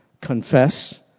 confess